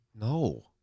No